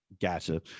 Gotcha